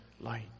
light